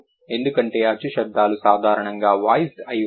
ఎందుకంటే అచ్చు శబ్దాలు సాధారణంగా వాయిస్డ్ అయి ఉంటాయి